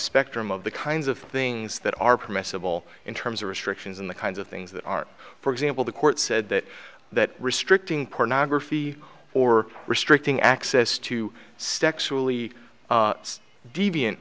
spectrum of the kinds of things that are permissible in terms of restrictions in the kinds of things that are for example the court said that that restricting pornography or restricting access to sexually deviant